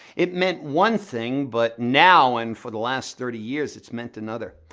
it meant one thing but now, and for the last thirty years, it's meant another.